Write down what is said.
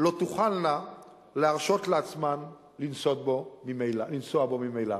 לא תוכלנה להרשות לעצמן לנסוע בו ממילא.